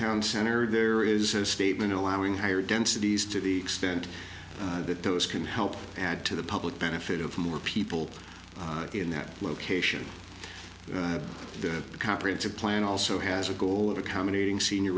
town center there is a statement allowing higher densities to the extent that those can help add to the public benefit of more people in that location the comprehensive plan also has a goal of accommodating senior